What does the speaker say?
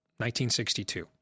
1962